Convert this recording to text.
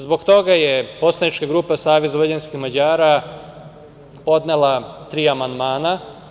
Zbog toga je poslanička grupa Savez vojvođanskih Mađara podnela tri amandmana.